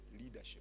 leadership